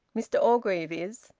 mr orgreave is,